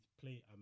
play